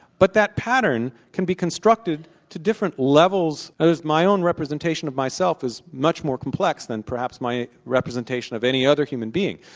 but that pattern can be constructed to different levels, as my own representation of myself is much more complex than perhaps my representation of any other human being.